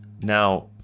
Now